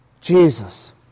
Jesus